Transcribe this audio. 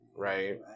Right